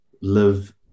live